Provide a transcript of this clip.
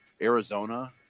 Arizona